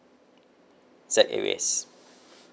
Z airways